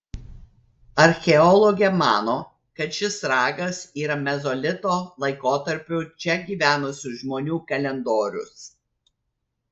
archeologė mano kad šis ragas yra mezolito laikotarpiu čia gyvenusių žmonių kalendorius